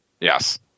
Yes